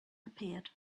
appeared